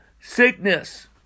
sickness